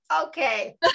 okay